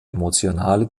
emotionale